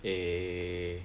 eh